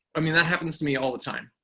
i mean that happens to me all the time.